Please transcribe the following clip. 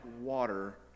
water